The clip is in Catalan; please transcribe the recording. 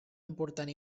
important